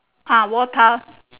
ah war tile